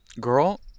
girl